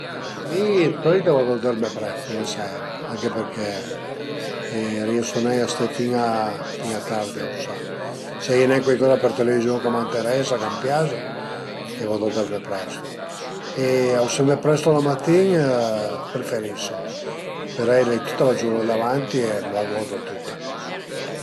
Ma mi d'solit vadu dörmi prest la seira anche perché riese nen a ste fin a fin a tardi ausà, s'a ie nen cuaicoza për televiziun ch'a m'ënteresa, ch'a m'pias, vadu dörmi presto e auseme presto la matin, preferiso, parei l'ai tüta la giurnà davanti e m'la godu tüta